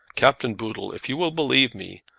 captain boodle, if you will believe me,